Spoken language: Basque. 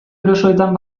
erosoetan